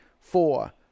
four